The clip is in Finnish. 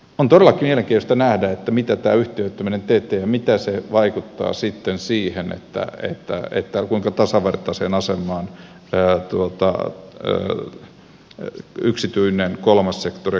on todellakin mielenkiintoista nähdä mitä tämä yhtiöittäminen teettää ja mitä se vaikuttaa sitten siihen kuinka tasavertaiseen asemaan yksityinen kolmas sektori ja kuntapuoli tulevat